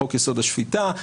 חוק יסוד: השפיטה,